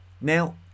Now